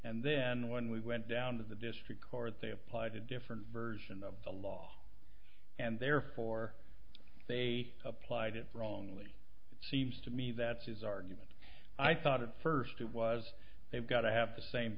and then when we went down to the district court they applied a different version of the law and therefore they applied it wrongly it seems to me that's his argument i thought at first it was they've got to have the same